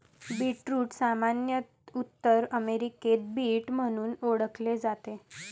beetroot सामान्यत उत्तर अमेरिकेत बीट म्हणून ओळखले जाते